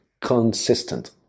consistent